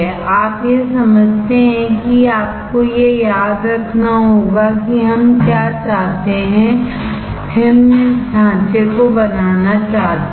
आप यह समझते हैं कि आपको यह याद रखना होगा कि हम क्या चाहते हैं हम इस ढांचे को बनाना चाहते हैं